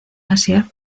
asia